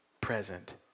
present